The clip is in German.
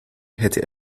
hätte